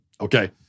Okay